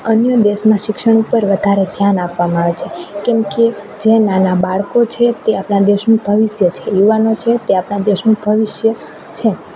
અન્ય દેશમાં શિક્ષણ ઉપર વધારે ધ્યાન આપવામાં આવે છે કેમકે જે નાનાં બાળકો છે તે આપણા દેશનું ભવિષ્ય છે યુવાનો છે તે આપણા દેશનું ભવિષ્ય છે